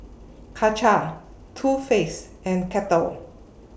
Karcher Too Faced and Kettle